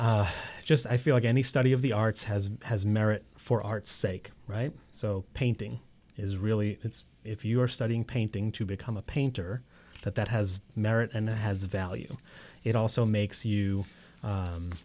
just i feel like any study of the arts has has merit for art's sake right so painting is really it's if you are studying painting to become a painter that that has merit and has value it also makes